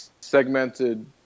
segmented